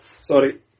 Sorry